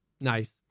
nice